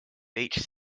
beach